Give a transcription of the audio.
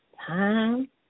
Time